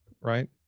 right